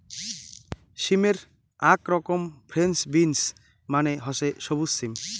সিমের আক রকম ফ্রেঞ্চ বিন্স মানে হসে সবুজ সিম